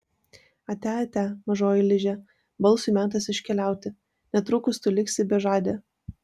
atia atia mažoji liže balsui metas iškeliauti netrukus tu liksi bežadė